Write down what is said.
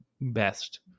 best